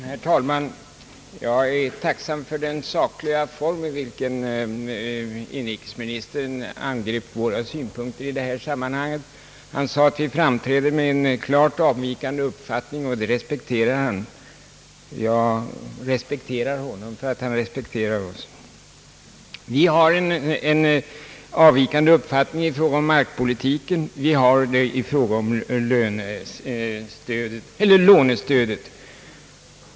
Herr talman! Jag är tacksam för den sakliga form i vilken inrikesministern angrep våra synpunkter i detta sammanhang. Han sade att vi framträder med en klart avvikande uppfattning, och det respekterade han. Jag respekterar inrikesministern för att han respekterar OSS. Vi har en avvikande uppfattning i fråga om markpolitiken. Vi har det i fråga om lånestödet.